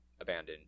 abandoned